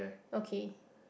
okay